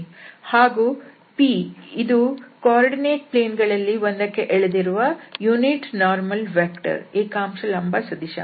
ಹಾಗೂ p ಇದು ನಿರ್ದೇಶಾಂಕ ಸಮತಲ ಗಳಲ್ಲಿ ಒಂದಕ್ಕೆ ಎಳೆದಿರುವ ಏಕಾಂಶ ಲಂಬ ಸದಿಶ